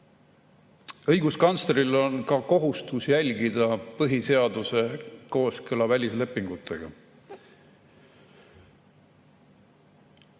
Õiguskantsleril on ka kohustus jälgida põhiseaduse kooskõla välislepingutega.